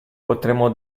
potremo